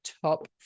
top